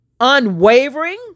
unwavering